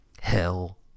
hell